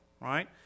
right